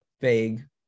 vague